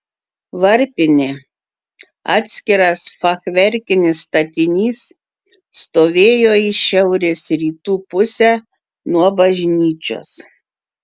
varpinė atskiras fachverkinis statinys stovėjo į šiaurės rytų pusę nuo bažnyčios